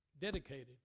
dedicated